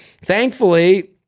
Thankfully